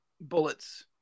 bullets